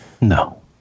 No